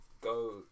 go